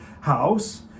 house